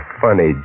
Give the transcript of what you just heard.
funny